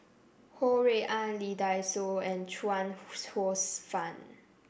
Ho Rui An Lee Dai Soh and Chuang Hsueh Fang